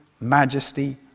majesty